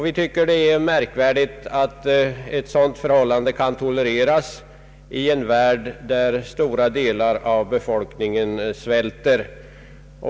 Vi tycker det är märkvärdigt att ett sådant förhållande kan tolereras i en värld, där stora delar av befolkningen svälter.